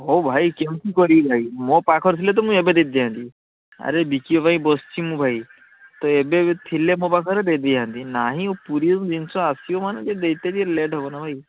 ହଉ ଭାଇ କେମତି କରିବି ଭାଇ ମୋପାଖରେ ଥିଲେ ତ ମୁଁ ଏବେ ଦେଇଦେଇଥାନ୍ତି ଆରେ ବିକିବା ପାଇଁ ବସଛି ମୁଁ ଭାଇ ତ ଏବେ ବି ଥିଲେ ମୋପାଖରେ ଦେଇଦେଇଥାନ୍ତି ନାହିଁ ପୁରୀରୁ ଜିନିଷ ଆସିବ ମାନେ ଟିକେ ଦେଇତେ ବି ଟିକେ ଲେଟ୍ ହବ ନାହିଁ